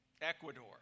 Ecuador